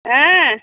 ஆ